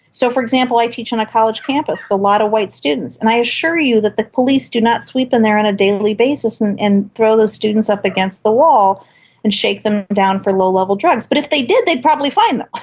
so, for example, i teach on a college campus with a lot of white students, and i assure you that the police do not sweep in there on a daily basis and throw those students up against the wall and shake them down for low-level drugs. but if they did they would probably find them.